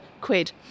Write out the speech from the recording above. Quid